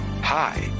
Hi